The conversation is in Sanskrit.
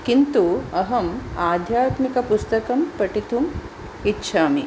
किन्तु अहम् आध्यात्मिकपुस्तकं पठितुम् इच्छामि